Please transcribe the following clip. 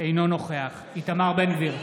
אינו נוכח איתמר בן גביר,